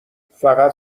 فقط